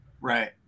Right